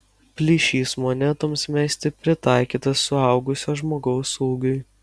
plyšys monetoms mesti pritaikytas suaugusio žmogaus ūgiui